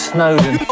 Snowden